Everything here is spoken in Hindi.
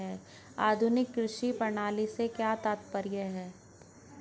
आधुनिक कृषि प्रणाली से क्या तात्पर्य है?